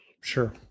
Sure